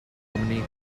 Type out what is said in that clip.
dominated